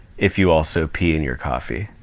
if you also pee in your coffee.